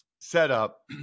setup